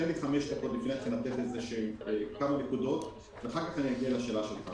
תן לי חמש דקות להעלות כמה נקודות ואחר כך אני אגיע לשאלה שלך.